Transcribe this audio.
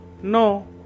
No